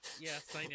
Yes